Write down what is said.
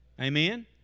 Amen